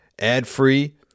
Ad-free